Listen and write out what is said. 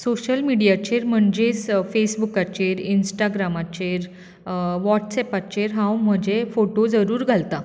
social मिडियाचेर म्हणजेच स फेसबुकाचेर इन्स्टाग्रामाचेर वॉट्सॅपाचेर हांव म्हजे फोटोज जरूर घालतां